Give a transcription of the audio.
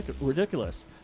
ridiculous